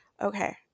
Okay